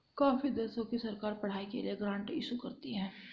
काफी देशों की सरकार पढ़ाई के लिए ग्रांट इशू करती है